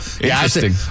Interesting